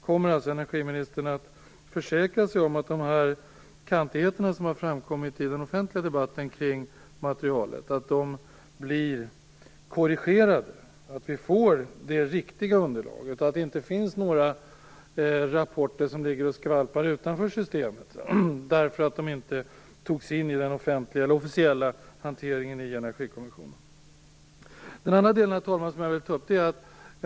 Kommer energiministern att försäkra sig om att de kantigheter som har framkommit i den offentliga debatten kring materialet blir korrigerade, så att vi få det riktiga underlaget? Det får inte finnas några rapporter som ligger och skvalpar utanför systemet därför att de inte togs in i den offentliga eller officiella hanteringen i Herr talman! Nu kommer jag till min andra fråga.